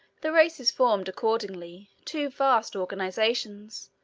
the races formed, accordingly, two vast organizations,